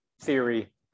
theory